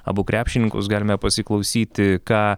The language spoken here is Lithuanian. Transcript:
abu krepšininkus galime pasiklausyti ką